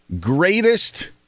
greatest